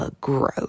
Gross